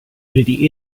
really